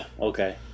okay